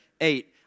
eight